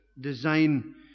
design